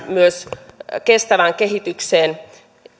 myös kestävään kehitykseen